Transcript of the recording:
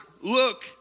look